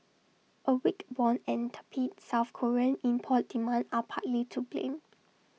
A weak won and tepid south Korean import demand are partly to blame